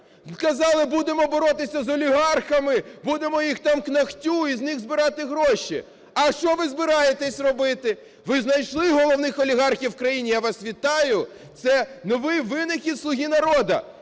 Казали, будемо боротися з олігархами, будемо їх "к ногтю" і з них збирати гроші. А що ви збираєтесь робити? Ви знайшли головних олігархів в країні, я вас вітаю! Це новий винахід "Слуги народу",